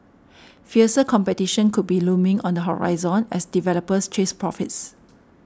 fiercer competition could be looming on the horizon as developers chase profits